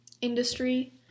industry